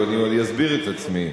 אסביר את עצמי.